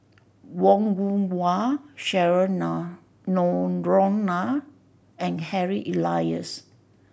Wong Yoon Wah Cheryl Noronha and Harry Elias